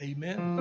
Amen